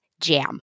Jam